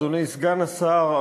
אדוני סגן השר,